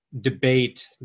debate